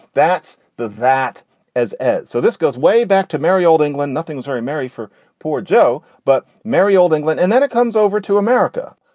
that's the that as ed so this goes way back to mary old england. nothing is very mary for poor joe, but merry old england. and then it comes over to america.